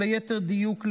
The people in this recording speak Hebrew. או ליתר דיוק,